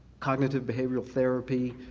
cognitive behavioral therapy,